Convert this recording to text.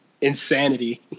insanity